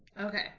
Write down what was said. Okay